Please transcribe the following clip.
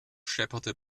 schepperte